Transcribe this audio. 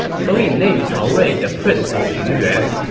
so he named cao rui the prince of pingyuan.